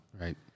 right